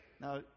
Now